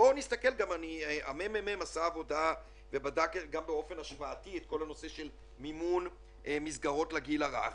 ה.מ.מ.מ בדק את כל הנושא של מימון מסגרות לגיל הרך.